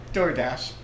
DoorDash